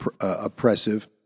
oppressive